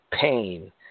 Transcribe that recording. pain